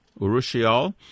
Urushiol